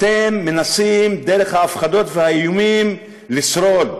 אתם מנסים, דרך הפחדות ואיומים, לשרוד.